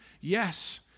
yes